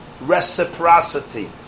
reciprocity